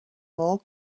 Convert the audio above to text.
more